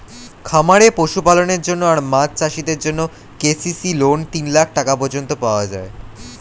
খামারে পশুপালনের জন্য আর মাছ চাষিদের জন্যে কে.সি.সি লোন তিন লাখ টাকা পর্যন্ত পাওয়া যায়